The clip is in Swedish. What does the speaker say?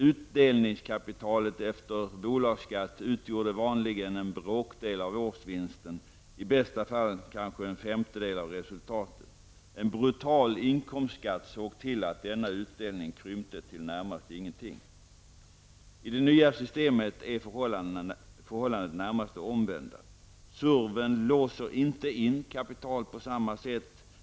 Utdelningskapitalet efter bolagsskatt utgjorde vanligen en bråkdel av årsvinsten, i bästa fall kanske en femtedel av resultatet. En brutal inkomstskatt såg till att denna utdelning krympte till närmast ingenting. I det nya systemet är förhållandet närmast det omvända. SURV-en låser inte in kapital på samma sätt.